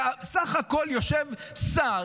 בסך הכול יושב שר